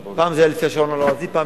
כי פעם זה היה לפי השעון הלועזי ופעם